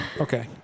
okay